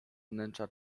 wnętrza